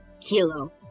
kilo